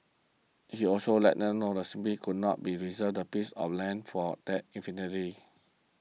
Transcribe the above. he also let them know that he simply could not be reserve that piece of land for them indefinitely